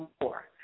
more